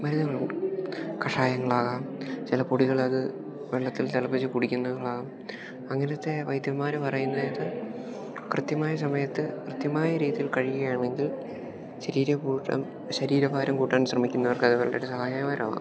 മരുന്നുകളുണ്ട് കഷായങ്ങളാകാം ചില പൊടികളത് വെള്ളത്തിൽ തിളപ്പിച്ച് കുടിക്കുന്നതും ആകാം അങ്ങനത്തെ വൈദ്യന്മാർ പറയുന്നത് കൃത്യമായ സമയത്ത് കൃത്യമായ രീതിയിൽ കഴിക്കുക ആണെങ്കിൽ ശരീരം കൂട്ടാൻ ശരീരഭാരം കൂട്ടാൻ ശ്രമിക്കുന്നവർക്ക് അത് വളരെ ഒരു സഹായകപരമാകും